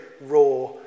raw